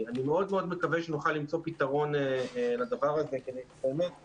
אני מאוד מאוד מקווה שנוכל למצוא פתרון לדבר הזה כי אנחנו רוצים